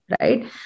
right